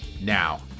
now